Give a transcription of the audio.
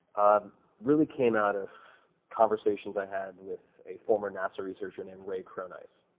ah really came out of conversations i had with a former nasa researcher named ray cronise,